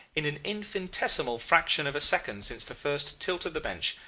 in an infinitesimal fraction of a second since the first tilt of the bench,